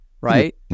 right